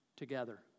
together